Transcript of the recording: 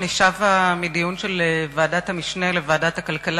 אני שבה מדיון של ועדת המשנה לוועדת הכלכלה